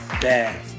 Bad